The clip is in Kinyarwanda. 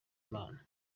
imana